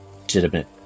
legitimate